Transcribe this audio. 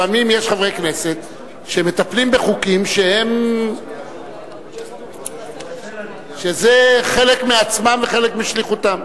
לפעמים יש חברי כנסת שמטפלים בחוקים שזה חלק מעצמם וחלק משליחותם.